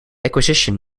acquisition